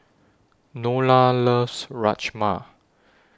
Nola loves Rajma